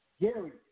Gary